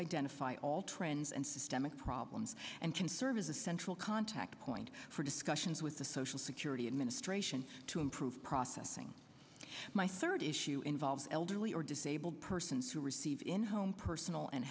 identify all trends and systemic problems and can serve as a central contact point for discussions with the social security administration to improve processing my third issue involves elderly or disabled persons who receive in home personal and